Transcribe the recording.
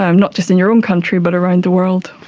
um not just in your own country but around the world.